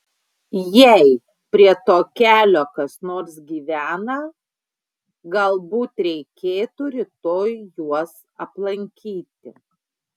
jei prie to kelio kas nors gyvena galbūt reikėtų rytoj juos aplankyti